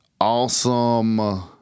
awesome